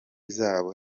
zabo